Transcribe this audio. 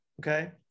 okay